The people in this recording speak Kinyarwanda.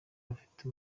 ufite